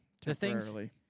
Temporarily